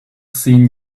seen